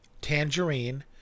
Tangerine